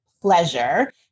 pleasure